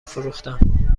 فروختم